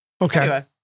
Okay